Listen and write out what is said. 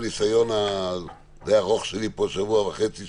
מהניסיון די ארוך שלי פה בוועדה במשך שבוע וחצי-שבועיים,